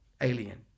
alien